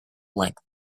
length